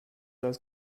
das